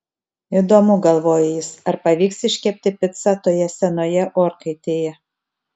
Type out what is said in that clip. įdomu galvojo jis ar pavyks iškepti picą toje senoje orkaitėje